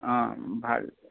অঁ ভাল